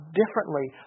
differently